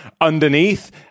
underneath